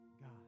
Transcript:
God